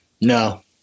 No